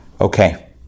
Okay